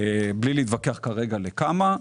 ובלי להתווכח כרגע לכמה.